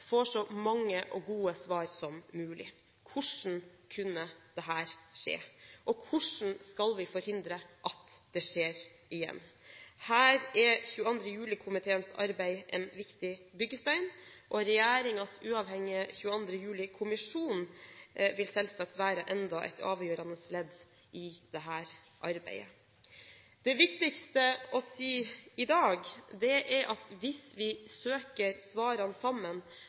får så mange og gode svar som mulig – hvordan kunne dette skje, og hvordan skal vi forhindre at det skjer igjen? Her er 22. juli-komiteens arbeid en viktig byggestein, og regjeringens uavhengige 22. juli-kommisjon vil selvsagt være enda et avgjørende ledd i dette arbeidet. Det viktigste å si i dag er at hvis vi søker svarene sammen,